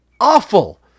Awful